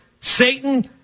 Satan